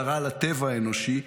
זרה לטבע האנושי.